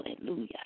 Hallelujah